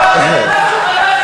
אמרתם: